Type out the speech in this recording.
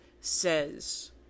says